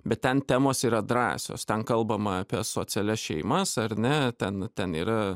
bet ten temos yra drąsios ten kalbama apie asocialias šeimas ar ne ten ten yra